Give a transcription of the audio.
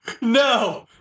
No